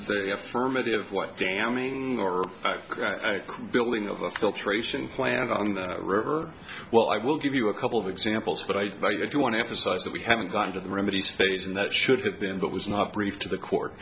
the affirmative what damning or building of the filtration plant on the river well i will give you a couple of examples but i want to emphasize that we haven't gotten to the remedies phase and that should have been but was not briefed to the court